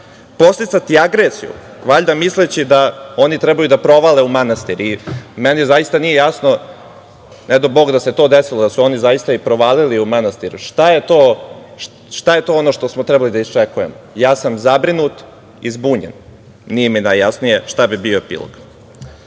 podsticati agresiju, valjda misleći da oni trebaju da provale u manastir. Meni zaista nije jasno, ne dao Bog da se to desilo, da su oni zaista provalili u manastir, šta je to ono što smo trebali da iščekujemo? Ja sam zabrinut i zbunjen. Nije mi najjasnije šta bi bio epilog? Ovakve